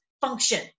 function